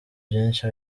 byinshi